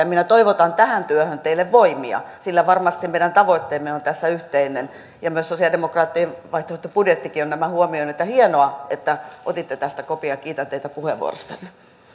minä toivotan tähän työhön teille voimia sillä varmasti meidän tavoitteemme on tässä yhteinen ja myös sosiaalidemokraattien vaihtoehtobudjettikin on nämä huomioinut hienoa että otitte tästä kopin ja kiitän teitä puheenvuorostanne